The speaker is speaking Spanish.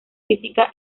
física